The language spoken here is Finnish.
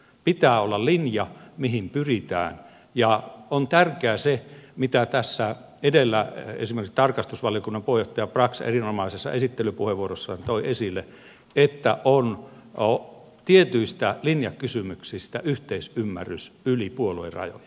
pitää olla linja mihin pyritään ja on tärkeää se mitä edellä esimerkiksi tarkastusvaliokunnan puheenjohtaja brax erinomaisessa esittelypuheenvuorossaan toi esille että on tietyistä linjakysymyksistä yhteisymmärrys yli puoluerajojen